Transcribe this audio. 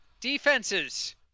Defenses